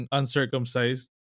uncircumcised